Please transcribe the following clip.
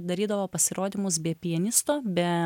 darydavo pasirodymus be pianisto be